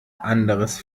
anderes